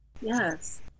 Yes